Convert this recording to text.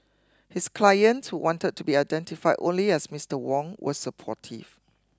his client who wanted to be identified only as Mister Wong was supportive